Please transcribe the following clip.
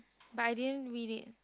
but I didn't read it